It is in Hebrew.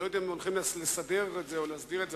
אני לא יודע אם הולכים לסדר את זה או להסדיר את זה,